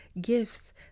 gifts